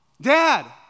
Dad